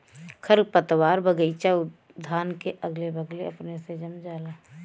खरपतवार बगइचा उद्यान के अगले बगले अपने से जम जाला